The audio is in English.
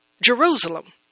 Jerusalem